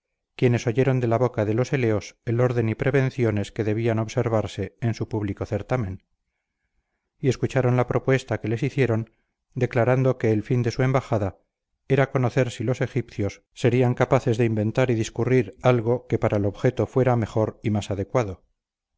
quienes oyeron de la boca de los eleos el orden y prevenciones que debían observarse en su público certamen y escucharon la propuesta que les hicieron declarando que el fin de su embajada era conocer si los egipcios serían capaces de inventar y discurrir algo que para el objeto fuera mejor y más adecuado